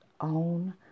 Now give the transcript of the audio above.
own